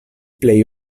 plej